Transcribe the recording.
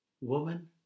Woman